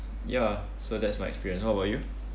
ya so that's my experience how about you